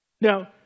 Now